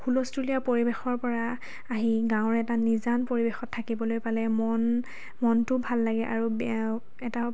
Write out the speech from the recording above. হুলস্থূলীয়া পৰিৱেশৰ পৰা আহি গাঁৱৰ এটা নিজান পৰিৱেশত থাকিবলৈ পালে মন মনটো ভাল লাগে আৰু এটা